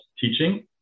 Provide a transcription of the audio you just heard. teaching